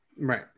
Right